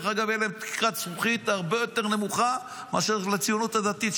תהיה להם תקרת זכוכית הרבה יותר נמוכה מאשר לציונות הדתית,